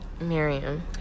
Miriam